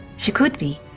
she could be,